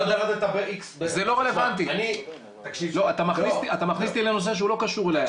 אבל אתה נולדת באיקס זה --- אתה מכניס אותי לנושא שהוא לא קשור אליי.